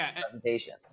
presentation